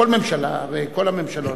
כל הממשלות,